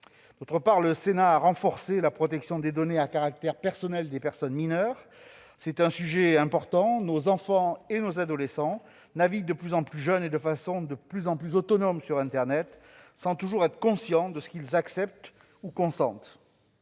outre, le Sénat a renforcé la protection des données à caractère personnel des personnes mineures. Le sujet est important, car nos enfants et nos adolescents naviguent de plus en plus jeunes et de façon de plus en plus autonome sur internet, sans toujours être conscients de ce qu'ils acceptent. Enfin,